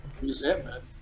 resentment